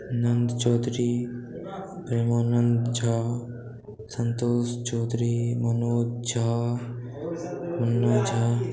Nand Chaudhary Premanand Jha Santosh Chaudhary Manoj Jha Munna Jha